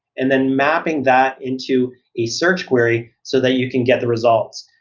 and then mapping that into a search query so that you can get the results.